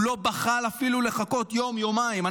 הוא לא בחל אפילו בלחכות יום-יומיים.